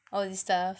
all this stuff